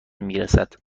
میرسد